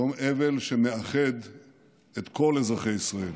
יום אבל שמאחד את כל אזרחי ישראל.